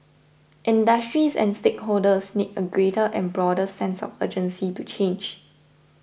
industries and stakeholders need a greater and broader sense of urgency to change